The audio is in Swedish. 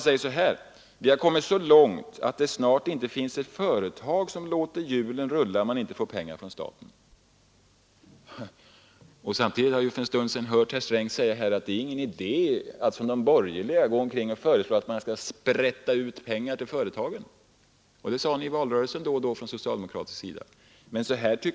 Vidare: ”Vi har kommit så långt att det snart inte finns ett företag som låter hjulen rulla, om man inte får pengar från staten.” Samtidigt har vi för en stund sedan hört herr Sträng säga att det är ingen idé att de borgerliga går omkring och föreslår att man skall sprätta ut pengar till företagen. Så sade man också från socialdemokratiskt håll under valrörelsen.